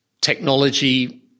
technology